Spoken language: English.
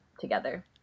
together